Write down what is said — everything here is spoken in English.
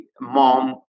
mom